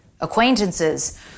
acquaintances